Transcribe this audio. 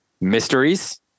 Mysteries